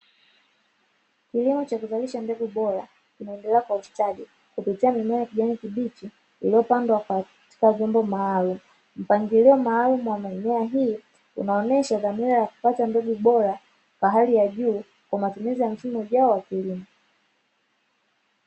Kilimo cha kuzalisha mbegu bora kinaendelea kwa ustadi kupitia mimea ya kijani kibichi iliyopandwa katika vyombo maalumu, mpangilio maalumu wa mimea hii unaonesha dhamira ya kupata mbegu bora za hali ya juu kwa matumizi ya msimu ujao wa kilimo.